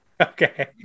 Okay